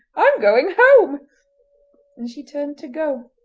i'm going home and she turned to go.